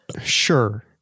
Sure